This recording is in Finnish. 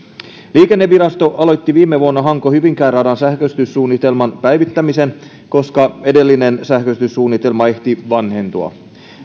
liikennevirasto aloitti viime vuonna hanko hyvinkää radan sähköistyssuunnitelman päivittämisen koska edellinen sähköistyssuunnitelma ehti vanhentua